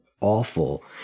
awful